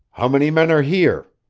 how many men are here?